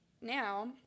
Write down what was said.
now